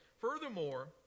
Furthermore